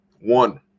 One